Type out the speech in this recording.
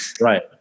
Right